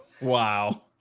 wow